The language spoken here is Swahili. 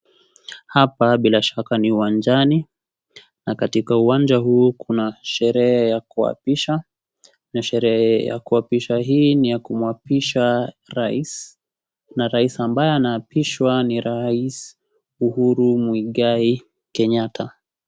Hapa bila shaka ni uwanjani na katika uwanja huu kuna sherehe ya kuapisha, sherehe ya kuapisha hii ni ya kumuapisha rais na rais ambaye anaapishwa ni rais Uhuru Mwegai Kenyatta.